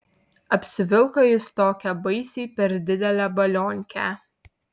apsivilko jis tokią baisiai per didelę balionkę